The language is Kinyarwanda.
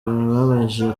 babashije